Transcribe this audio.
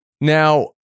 Now –